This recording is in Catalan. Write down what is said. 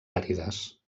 àrides